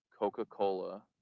coca-cola